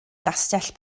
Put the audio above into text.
gastell